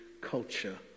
culture